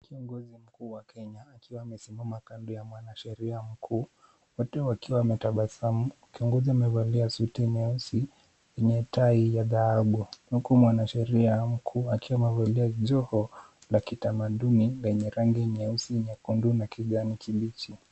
Kiongozi mkuu wa Kenya akiwa amesimama kando ya mwanasheria mkuu ,wote wakiwa wametabasamu. Kiongozi amevalia suti nyeusi yenye tai ya dhahabu, huku mwanasheria mkuu akiwa amevalia joho la kitamaduni lenye rangi nyeusi, nyekundu na kijani kibichi.